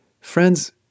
Friends